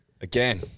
Again